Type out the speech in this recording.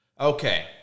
Okay